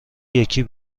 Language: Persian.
یکی